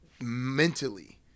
mentally